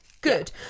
Good